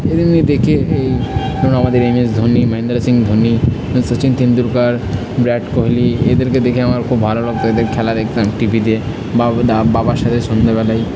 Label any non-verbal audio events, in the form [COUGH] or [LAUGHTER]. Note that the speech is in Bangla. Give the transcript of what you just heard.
এদেরকে দেখে এই ধরুন আমাদের এম এস ধোনি মহেন্দ্র সিং ধোনি সচিন তেন্ডুলকর বিরাট কোহলি এদেরকে দেখে আমার খুব ভালো লাগত এদের খেলা দেখতাম টিভিতে [UNINTELLIGIBLE] বাবার সাথে সন্ধ্যেবেলায়